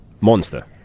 monster